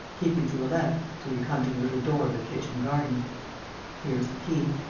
keeping to the left, till you come to the little door of the kitchen-garden. here is the key.